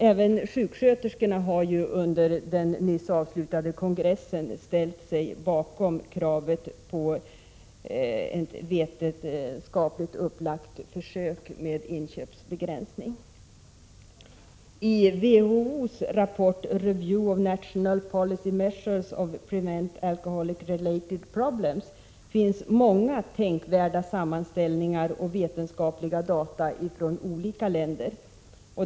Även sjuksköterskorna har under sin nyligen avslutade kongress ställt sig bakom kravet på ett vetenskapligt upplagt försök med inköpsbegränsning. I WHO:s rapport Review of National Policy Measures to Prevent Alcohol-Related Problems finns många tänkvärda sammanställningar och vetenskapliga data från olika länder.